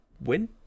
win